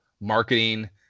marketing